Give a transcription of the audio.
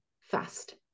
fast